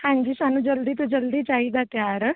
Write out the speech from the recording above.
ਹਾਂਜੀ ਸਾਨੂੰ ਜਲਦੀ ਤੋਂ ਜਲਦੀ ਚਾਹੀਦਾ ਤਿਆਰ